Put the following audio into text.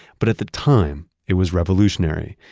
but at the time it was revolutionary,